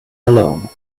alone